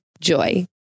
Joy